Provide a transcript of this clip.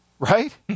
Right